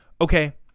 Okay